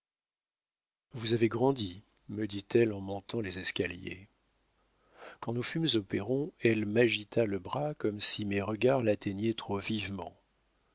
vous avez grandi me dit-elle en montant les escaliers quand nous fûmes au perron elle m'agita le bras comme si mes regards l'atteignaient trop vivement